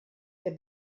der